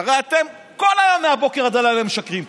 הרי אתם כל היום, מהבוקר עד הלילה, משקרים פה.